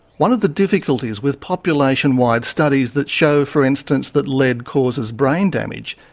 one of the difficulties with population-wide studies that show, for instance, that lead causes brain damage,